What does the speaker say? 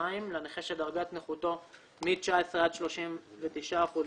לנכה שדרגת נכותו מ-19% עד 39%